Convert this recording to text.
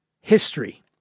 History